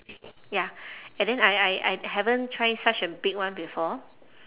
ya and then I I I haven't try such a big one before